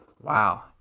Wow